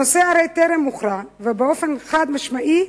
הנושא הרי טרם הוכרע, ובאופן חד-משמעי,